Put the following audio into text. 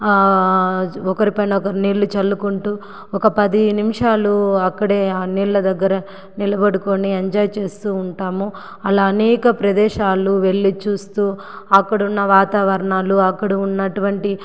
ఒకరు పైన ఒకరు నీళ్ళు చల్లుకుంటూ ఒక పది నిమిషాలు అక్కడే ఆ నీళ్ళ దగ్గర నిలబడుకొని ఎంజాయ్ చేస్తు ఉంటాము అలా అనేక ప్రదేశాలు వెళ్ళి చూస్తూ అక్కడున్న వాతావరణాలు అక్కడున్నటువంటి